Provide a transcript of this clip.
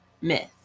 myth